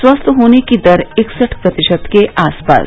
स्वस्थ होने की दर इकसठ प्रतिशत के आस पास